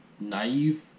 naive